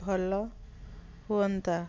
ଭଲ ହୁଅନ୍ତା